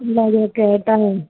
ഇല്ല